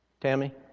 Tammy